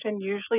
usually